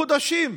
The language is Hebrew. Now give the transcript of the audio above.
חודשים.